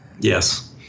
Yes